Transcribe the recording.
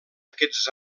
aquests